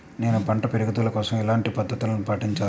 నేను పంట పెరుగుదల కోసం ఎలాంటి పద్దతులను పాటించాలి?